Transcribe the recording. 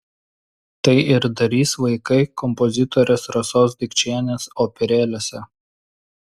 tai ir darys vaikai kompozitorės rasos dikčienės operėlėse